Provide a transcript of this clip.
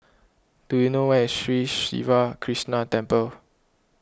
do you know where is Sri Siva Krishna Temple